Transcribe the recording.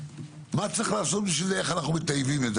מה צריך לעשות בשביל לטייב את זה.